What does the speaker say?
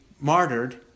martyred